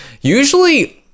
usually